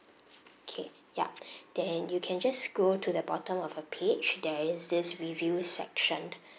okay ya then you can just go to the bottom of the page there is this review section